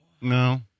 no